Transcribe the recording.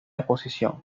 exposición